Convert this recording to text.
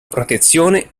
protezione